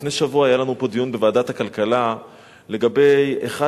לפני שבוע היה לנו דיון פה בוועדת הכלכלה לגבי אחד